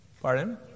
Pardon